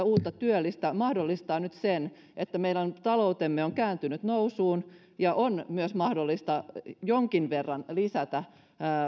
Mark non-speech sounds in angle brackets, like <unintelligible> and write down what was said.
<unintelligible> uutta työllistä mahdollistaa nyt sen että meidän taloutemme on kääntynyt nousuun ja on myös mahdollista jonkin verran lisätä